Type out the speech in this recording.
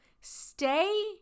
stay